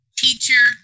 teacher